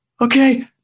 okay